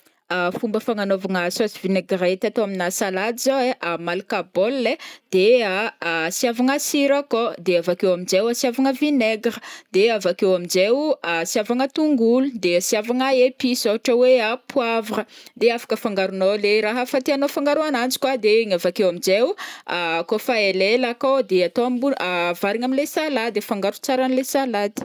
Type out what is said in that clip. Fomba fagnanovana sauce vinaigrette atao amina salade zao ai, malaka bol ai, de asiavagna sira akô de avakeo amjai asiavagna vinaigre, de avakeo amjai ou asiavagna tongolo de asiavagna épice ôhatra oe poivre, de afaka afangaronao le raha hafa tiàgnô afangaro ananjy koa de avakeo anjai koa fa elaela akô de atao ambo- -avarigna amile salade afangaro tsara amle salade.